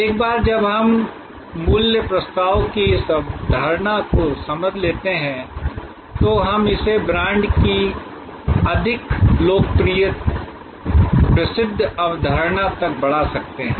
एक बार जब हम मूल्य प्रस्ताव की इस अवधारणा को समझ लेते हैं तो हम इसे ब्रांड की अधिक लोकप्रिय प्रसिद्ध अवधारणा तक बढ़ा सकते हैं